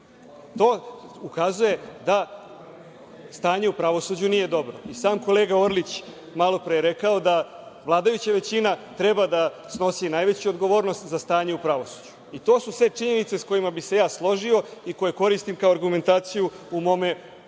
To ukazuje da stanje u pravosuđu nije dobro. I sam kolega Orlić malopre je rekao da vladajuća većina treba da snosi najveću odgovornost za stanje u pravosuđu. To su sve činjenice sa kojima bih se ja složio i koje koristim kao argumentaciju u mom obraćanju. Sad